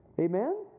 Amen